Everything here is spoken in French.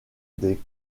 des